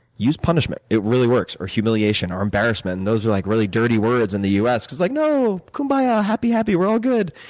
use punishment it really works, or humiliation, or embarrassment and those are like really dirty words in the u s. it's like, no, kumbaya, ah happy, happy. we're all good.